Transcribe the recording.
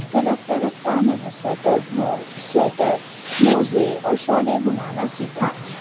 پھر رفتہ رفتہ میں نے سویٹر مو سویٹر موزے اور شالیں بنانا سیکھا